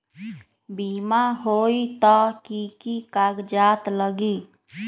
बिमा होई त कि की कागज़ात लगी?